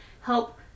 help